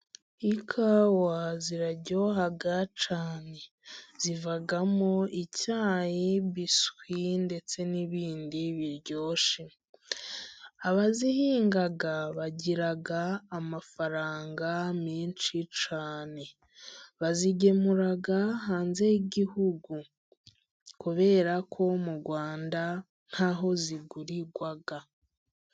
Ikawa ziraryo cyane, zivamo icyayi, biswi, ndetse n'ibindi biryoshye. Abazihingaga bagiraga amafaranga menshi cyane, bazigemura hanze y'igihugu kubera ko mu Rwanda ntaho zigurirwa.